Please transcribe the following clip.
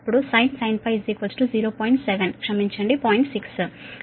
7 క్షమించండి